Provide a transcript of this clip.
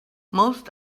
most